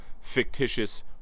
fictitious